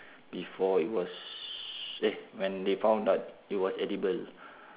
before it was eh when they found out it was edible